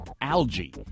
algae